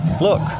look